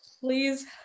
please